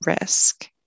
risk